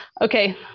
okay